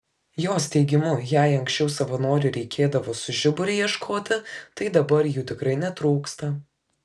jos teigimu jei anksčiau savanorių reikėdavo su žiburiu ieškoti tai dabar jų tikrai netrūksta